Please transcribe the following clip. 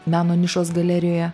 meno nišos galerijoje